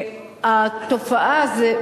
התופעה הזאת,